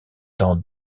dans